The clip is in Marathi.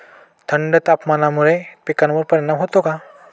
थंड तापमानामुळे पिकांवर परिणाम होतो का?